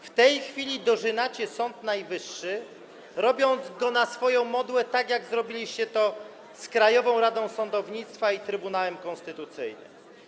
W tej chwili dorzynacie Sąd Najwyższy, robiąc go na swoją modłę, tak jak to zrobiliście z Krajową Radą Sądownictwa i Trybunałem Konstytucyjnym.